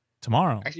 Tomorrow